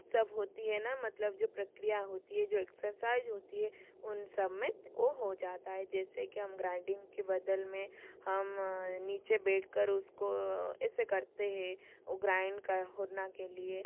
सब होती है ना मतलब जो प्रक्रिया होती है जो एक्सरसाइज होती है उन सब में वो हो जाता है जैसे कि हम ग्राइंडिंग के बदल में हम नीचे बैठ कर उसको ऐसे करते हैं वो ग्राइंड का होने के लिए